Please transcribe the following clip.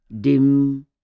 Dim